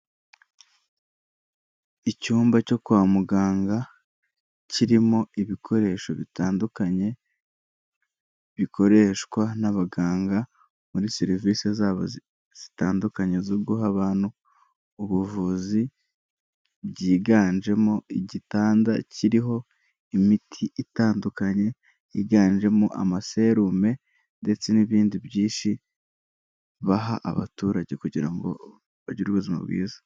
Icyumba cyo kwa muganga kirimo ibikoresho bitandukanye, bikoreshwa n'abaganga muri serivise zabo zitandukanye zo guha abantu ubuvuzi, byiganjemo igitanda kiriho imiti itandukanye, yiganjemo amaserume ndetse n'ibindi byinshi baha abaturage kugira ngo bagire ubuzima bwiza.